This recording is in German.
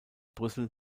brüssel